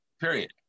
period